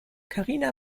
karina